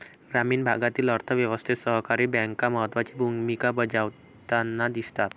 ग्रामीण भागातील अर्थ व्यवस्थेत सहकारी बँका महत्त्वाची भूमिका बजावताना दिसतात